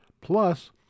plus